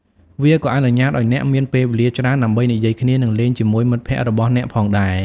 វាក៏អនុញ្ញាតឱ្យអ្នកមានពេលវេលាច្រើនដើម្បីនិយាយគ្នានិងលេងជាមួយមិត្តភក្តិរបស់អ្នកផងដែរ។